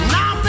Now